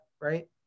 right